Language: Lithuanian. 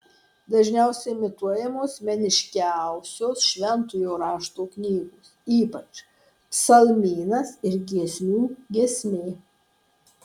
dažniausiai imituojamos meniškiausios šventojo rašto knygos ypač psalmynas ir giesmių giesmė